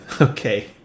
Okay